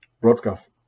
broadcast